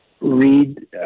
read